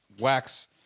wax